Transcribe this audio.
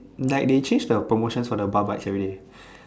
like they change the promotion for the bar bites everyday